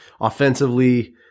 offensively